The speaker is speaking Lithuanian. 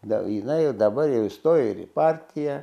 gal jinai ir dabar jau įstojo ir į partiją